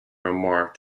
remark